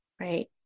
Right